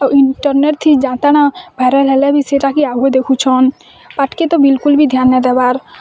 ଆଉ ଇଣ୍ଟରନେଟ୍ ଥି ଯାତଣା ଭାଇରାଲ୍ ହେଲେ ବି ସେଟା ବି ଆହୁରି ଦେଖୁଛନ୍ ପାଠ୍କେ ତ ବିଲ୍କୁଲ୍ ଧ୍ୟାନ୍ ନା ଦେବାର୍